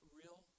real